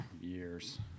years